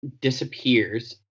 disappears